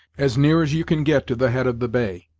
as near as you can get to the head of the bay,